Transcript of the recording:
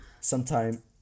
sometime